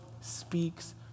speaks